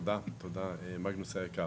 תודה, מגנוס היקר.